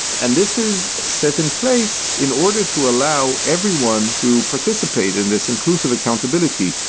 and this is set in place in order to allow everyone to participate in this inclusive accountability.